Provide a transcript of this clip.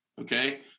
Okay